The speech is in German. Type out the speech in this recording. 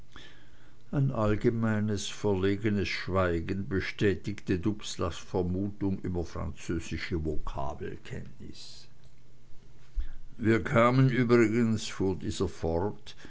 ein allgemeines verlegenes schweigen bestätigte dubslavs vermutung über französische vokabelkenntnis wir kamen übrigens fuhr dieser fort